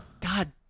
God